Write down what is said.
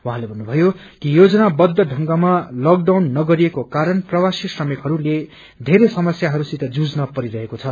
उहाँले भन्नुभयो कि योजनाबद्ध ढंगमा उ लबडज्ञउन नगरिएको कारण प्रवासी श्रमिकहरूले धेरै समस्याहस्सित जुझ्न परिरहेको छ